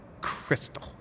crystal